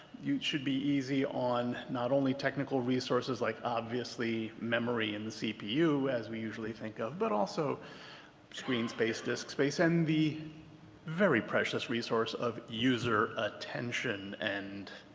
you should be easy on not only technical resources like obviously memory and the cpu as we usually think of but also screen space, disc space, and the very precious resource of user attention and